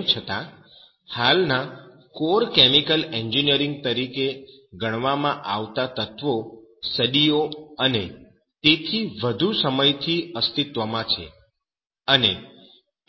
તેમ છતાં હાલના કોર કેમિકલ એન્જિનિયરિંગ તરીકે ગણવામાં આવતા તત્વો સદીઓ અને તેથી વધુ સમયથી અસ્તિત્વમાં છે અને